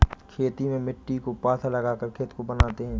खेती में मिट्टी को पाथा लगाकर खेत को बनाते हैं?